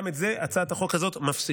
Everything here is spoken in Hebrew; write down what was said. גם את זה הצעת החוק הזאת מפסיקה.